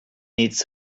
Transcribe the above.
its